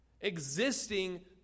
existing